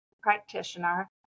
practitioner